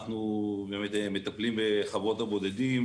אני באמת מטפלים בחוות הבודדים